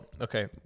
okay